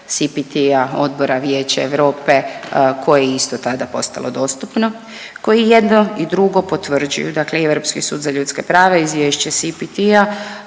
SPT-a Odbora vijeća Europe koje je isto tada postalo dostupno koji i jedno i drugo potvrđuju, dakle i Europski sud za ljudska prava i Izvješće SPT-a